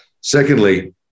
Secondly